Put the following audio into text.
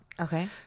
Okay